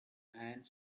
and